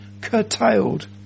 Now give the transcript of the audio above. curtailed